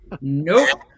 Nope